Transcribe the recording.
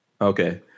okay